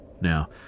Now